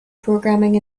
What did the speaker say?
programming